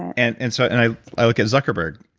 and and so and i look at zuckerberg.